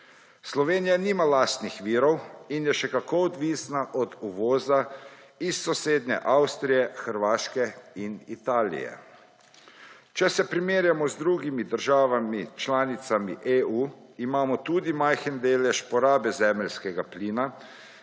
Slovenija nima lastnih virov in je še kako odvisna od uvoza iz sosednjih Avstrije, Hrvaške in Italije. Če se primerjamo z drugimi državami članicami EU, imamo tudi majhen delež porabe zemeljskega plina,